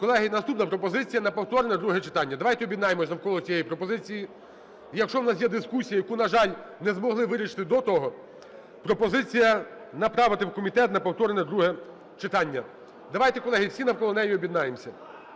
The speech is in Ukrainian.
Колеги, наступна пропозиція – на повторне друге читання. Давайте об'єднаємося навколо цієї пропозиції. І якщо у нас є дискусії, які, на жаль, не змогли вирішити до того, пропозиція направити в комітет на повторне друге читання. Давайте, колеги, всі навколо неї об'єднаємося.